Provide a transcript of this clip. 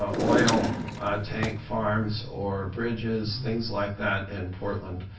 ah oil tank farms or bridges, things like that, in portland.